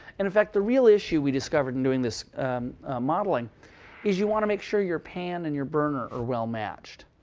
and in fact, the real issue we discovered in doing this modeling is you want to make sure your pan and your burner are well matched.